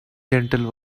gentle